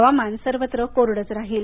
हवामान सर्वत्र कोरडंच राहील